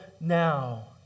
now